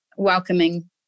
Welcoming